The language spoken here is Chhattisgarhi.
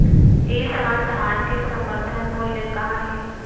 ए साल धान के समर्थन मूल्य का हे?